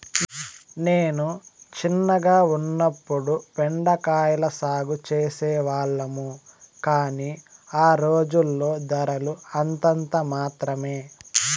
నేను చిన్నగా ఉన్నప్పుడు బెండ కాయల సాగు చేసే వాళ్లము, కానీ ఆ రోజుల్లో ధరలు అంతంత మాత్రమె